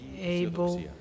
able